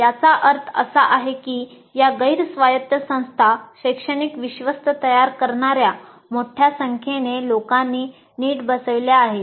याचा अर्थ असा आहे की या गैर स्वायत्त संस्था शैक्षणिक विश्वस्त तयार करणार्या मोठ्या संख्येने लोकांनी नीट बसवल्या आहेत